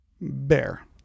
Bear